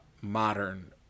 modern